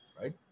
right